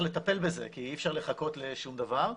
לטפל בזה כי אי אפשר לחכות לשום דבר.